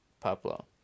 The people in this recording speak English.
Pablo